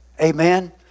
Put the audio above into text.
Amen